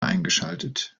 eingeschaltet